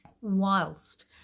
whilst